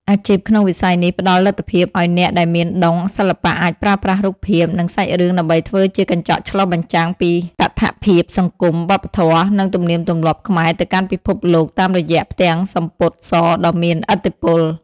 អាជីពក្នុងវិស័យនេះផ្ដល់លទ្ធភាពឱ្យអ្នកដែលមានដុងសិល្បៈអាចប្រើប្រាស់រូបភាព និងសាច់រឿងដើម្បីធ្វើជាកញ្ចក់ឆ្លុះបញ្ចាំងពីតថភាពសង្គម វប្បធម៌ និងទំនៀមទម្លាប់ខ្មែរទៅកាន់ពិភពលោកតាមរយៈផ្ទាំងសំពត់សដ៏មានឥទ្ធិពល។